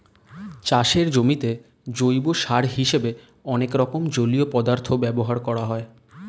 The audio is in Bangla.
চাষের জমিতে জৈব সার হিসেবে অনেক রকম জলীয় পদার্থ ব্যবহার করা হয়